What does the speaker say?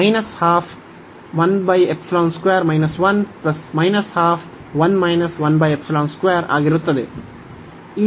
ಆದ್ದರಿಂದ ನಾವು ಇದನ್ನು ಲೆಕ್ಕಾಚಾರ ಮಾಡುತ್ತೇವೆ